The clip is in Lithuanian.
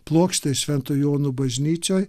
plokštė šventų jonų bažnyčioj